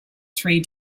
three